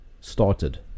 started